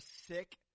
sick